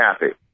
happy